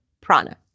prana